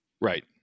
Right